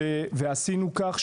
ועשינו כך,